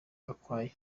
gakwaya